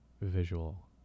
visual